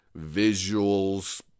visuals